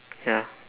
ya